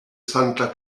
santa